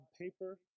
paper